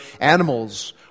animals